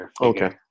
Okay